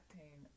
pain